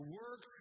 work